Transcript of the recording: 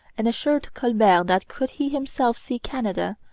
and assured colbert that, could he himself see canada,